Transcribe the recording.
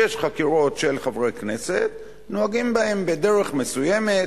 כשיש חקירות של חברי כנסת נוהגים בהם בדרך מסוימת,